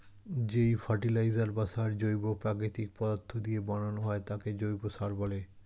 যেই ফার্টিলাইজার বা সার জৈব প্রাকৃতিক পদার্থ দিয়ে বানানো হয় তাকে জৈব সার বলে